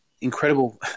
incredible –